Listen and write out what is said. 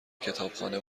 کتابخانه